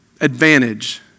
advantage